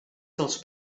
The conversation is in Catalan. dels